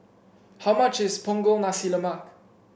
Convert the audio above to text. how much is Punggol Nasi Lemak